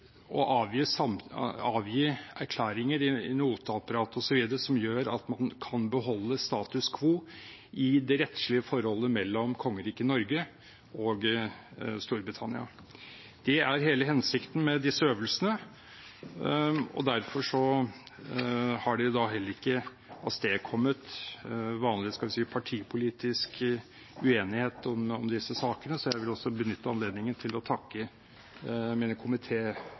kan beholde status quo i det rettslige forholdet mellom kongeriket Norge og Storbritannia. Det er hele hensikten med disse øvelsene. Derfor har det da heller ikke avstedkommet vanlig partipolitisk uenighet om disse sakene, så jeg vil også benytte anledningen til å takke